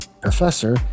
professor